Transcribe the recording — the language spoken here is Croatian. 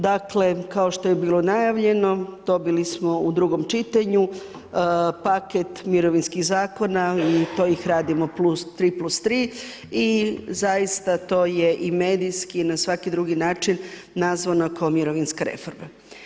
Dakle kao što je bilo najavljeno dobili smo u drugom čitanju paket mirovinskih zakona i to ih radimo 3+3 i zaista to je i medijski i na svaki drugi način nazvano kao mirovinska reforma.